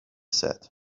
said